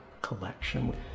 collection